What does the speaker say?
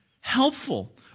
helpful